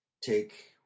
take